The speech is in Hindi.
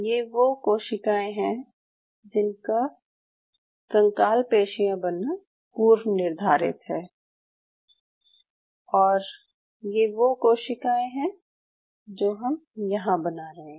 ये वो कोशिकाएं हैं जिनका कंकाल पेशियाँ बनना पूर्वनिर्धारित है और ये वो कोशिकाएं हैं जो हम यहाँ बना रहे हैं